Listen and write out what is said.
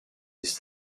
his